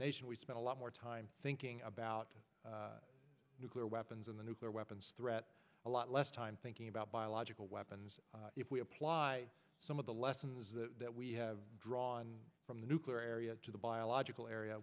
nation we spent a lot more time thinking about nuclear weapons and the nuclear weapons threat a lot less time thinking about biological weapons if we apply some of the lessons that we have drawn from the nuclear area to the biological area